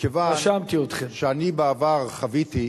מכיוון שאני חוויתי בעבר,